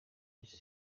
njye